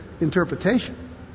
interpretation